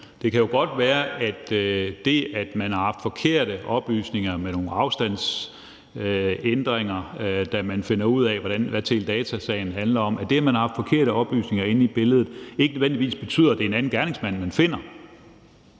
Det kan jo godt være, at det, at man har haft forkerte oplysninger, så der er nogle afstandsændringer, da man finder ud af, hvad teledatasagen handler om, altså at der har været forkerte oplysninger inde i billedet, ikke nødvendigvis betyder, at det er en anden gerningsmand, man finder.